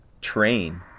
train